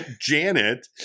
Janet